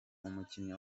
umukinnyi